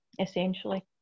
essentially